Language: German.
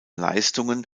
leistungen